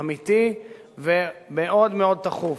אמיתי ומאוד מאוד דחוף,